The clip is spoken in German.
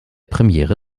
premiere